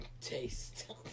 taste